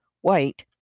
white